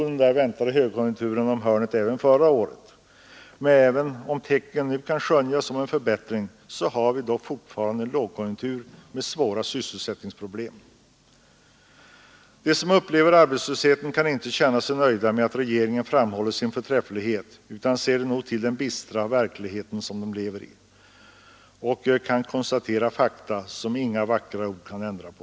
Den väntade högkonjunkturen stod om hörnet även förra året, men även om tecken på en förbättring nu kan skönjas har vi fortfarande en lågkonjunktur med svåra sysselsättningsproblem. De som upplever arbetslösheten kan inte känna sig nöjda med att regeringen framhåller sin förträfflighet; de ser nog till den bistra verklighet de lever i och konstaterar fakta som inga vackra ord kan ändra på.